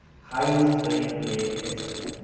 high strain rate, etcetera.